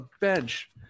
bench